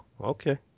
Okay